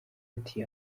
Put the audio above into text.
ati